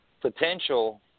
potential